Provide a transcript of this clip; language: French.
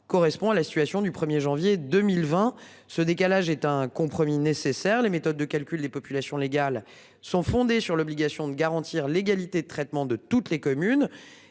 correspond à la situation du 1er janvier 2020. Ce décalage est un compromis nécessaires. Les méthodes de calcul des populations légales sont fondées sur l'obligation de garantir l'égalité de traitement de toutes les communes